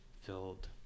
filled